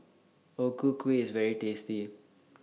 O Ku Kueh IS very tasty